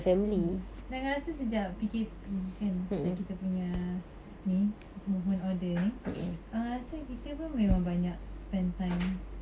mm dan angah rasa sejak P_K_P kan sejak kita punya ni movement order ni angah rasa kita pun memang banya spend time